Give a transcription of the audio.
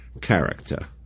character